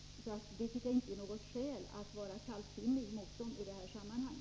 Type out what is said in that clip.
Det finns alltså inte något skäl att vara kallsinnig mot dem i detta sammanhang.